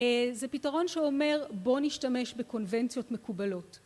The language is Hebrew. זה פתרון שאומר בוא נשתמש בקונבנציות מקובלות